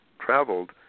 traveled